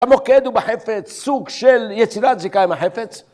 המוקד הוא בחפץ סוג של יצירת זיקה עם החפץ.